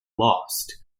lost